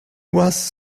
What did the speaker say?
was